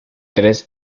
tres